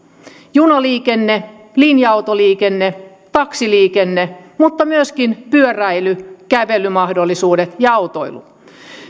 junaliikenne linja autoliikenne taksiliikenne mutta myöskin pyöräily kävelymahdollisuudet ja autoilu